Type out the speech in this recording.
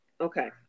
Okay